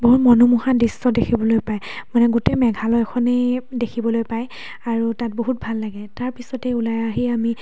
বহু মনোমোহা দৃশ্য দেখিবলৈ পায় মানে গোটেই মেঘালয়খনেই দেখিবলৈ পায় আৰু তাত বহুত ভাল লাগে তাৰপিছতেই ওলাই আহি আমি